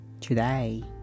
Today